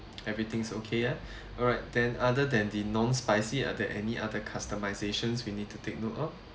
everything's okay ah alright then other than the non spicy are there any other customisation we need to take note of